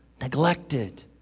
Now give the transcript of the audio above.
neglected